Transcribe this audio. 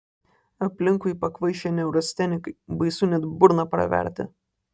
aplinkui pakvaišę neurastenikai baisu net burną praverti